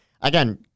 Again